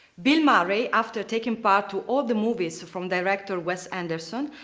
bill murray, after taking part to all the movies from director wes anderson,